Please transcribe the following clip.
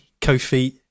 Kofi